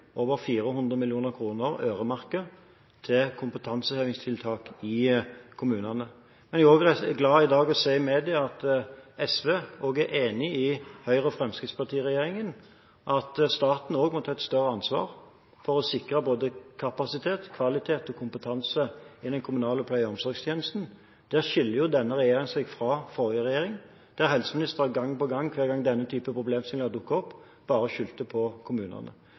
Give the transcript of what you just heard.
over 400 mill. øremerkede kroner til kompetansehevingstiltak i kommunene. Men jeg er i dag glad for å se i media at SV også er enig med Høyre–Fremskrittsparti-regjeringen i at staten må ta et større ansvar for å sikre kapasitet, kvalitet og kompetanse i den kommunale pleie- og omsorgstjenesten. Her skiller denne regjeringen seg fra den forrige regjeringen, hvis helseminister gang på gang, når denne typen problemstillinger dukket opp, bare skyldte på kommunene.